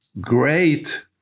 great